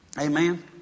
Amen